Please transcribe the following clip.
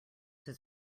his